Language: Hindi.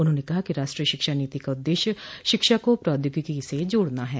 उन्होंने कहा कि राष्ट्रीय शिक्षा नीति का उद्देश्य शिक्षा को प्रौद्योगिकी से जोड़ना है